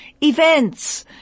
events